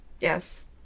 Yes